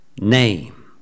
name